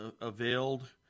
availed